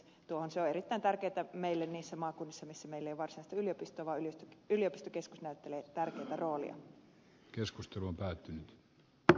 se on erittäin tärkeää meille niissä maakunnissa missä meillä ei ole varsinaista yliopistoa vaan yliopistokeskus näyttelee tärkeää roolia